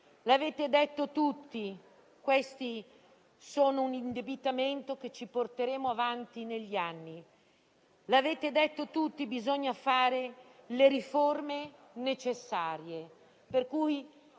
L'avete detto tutti: questi soldi sono indebitamento che ci porteremo avanti negli anni. L'avete detto tutti: bisogna fare le riforme necessarie, per cui